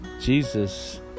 Jesus